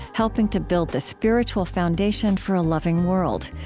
helping to build the spiritual foundation for a loving world.